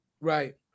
Right